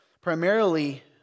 Primarily